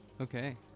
Okay